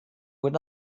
would